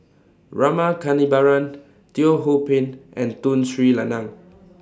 Rama Kannabiran Teo Ho Pin and Tun Sri Lanang